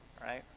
right